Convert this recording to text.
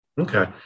okay